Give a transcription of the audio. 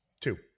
two